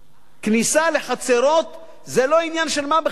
כניסה לחצרות זה לא עניין של מה בכך.